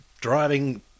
driving